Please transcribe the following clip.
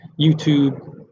YouTube